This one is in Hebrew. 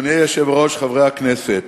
אדוני היושב-ראש, חברי הכנסת,